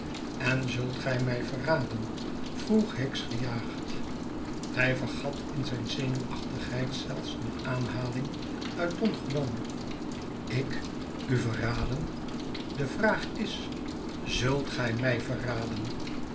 en zult gij mij verraden vroeg hicks gejaagd hij vergat in zijn zenuwachtigheid zelfs een aanhaling uit don juan ik u verraden de vraagis zultgij mij verraden